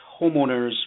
homeowners